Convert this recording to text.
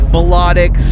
Melodic